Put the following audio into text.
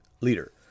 leader